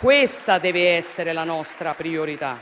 questa deve essere la nostra priorità.